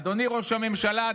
אדוני ראש הממשלה,